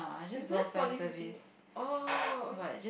you don't have poly c_c_a oh